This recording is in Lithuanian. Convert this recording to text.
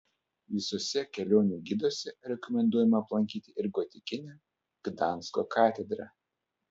visuose kelionių giduose rekomenduojama aplankyti ir gotikinę gdansko katedrą